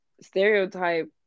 stereotype